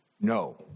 No